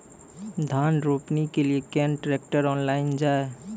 धान रोपनी के लिए केन ट्रैक्टर ऑनलाइन जाए?